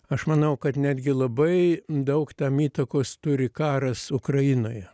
aš manau kad netgi labai daug tam įtakos turi karas ukrainoje